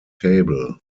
table